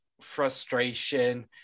frustration